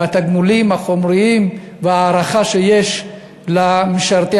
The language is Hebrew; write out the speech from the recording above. התגמולים החומריים והערכה שיש למשרתי